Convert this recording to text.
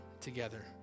together